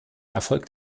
erfolg